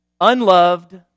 Unloved